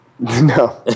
No